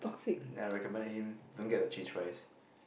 then I recommended him don't get the cheese fries